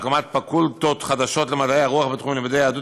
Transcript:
הקמת פקולטות חדשות למדעי הרוח בתחום לימודי יהדות